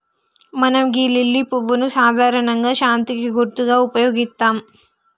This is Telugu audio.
మనం గీ లిల్లీ పువ్వును సాధారణంగా శాంతికి గుర్తుగా ఉపయోగిత్తం